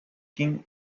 king